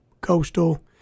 Coastal